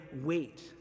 wait